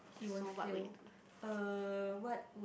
it won't fail uh what would